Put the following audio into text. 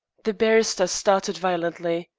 the barrister started violently.